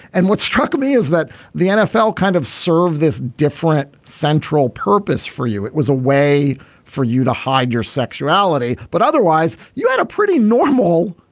and what struck me is that the nfl kind of served this different central purpose for you it was a way for you to hide your sexuality but otherwise you had a pretty normal.